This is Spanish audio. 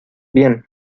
bien